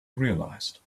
realized